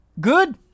good